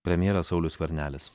premjeras saulius skvernelis